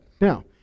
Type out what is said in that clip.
Now